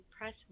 press